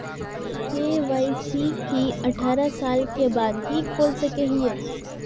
KYC की अठारह साल के बाद ही खोल सके हिये?